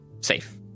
safe